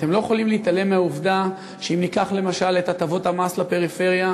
אתם לא יכולים להתעלם מהעובדה שאם ניקח למשל את הטבות המס לפריפריה,